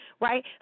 right